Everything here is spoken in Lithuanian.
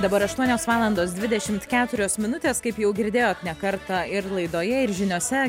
dabar aštuonios valandos dvidešimt keturios minutės kaip jau girdėjot ne kartą ir laidoje ir žiniose